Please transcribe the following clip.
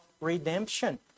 redemption